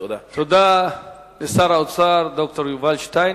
תודה לשר האוצר, ד"ר יובל שטייניץ.